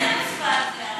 איזה מספר זה?